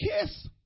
kiss